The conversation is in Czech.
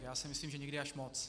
Já si myslím, že někdy až moc.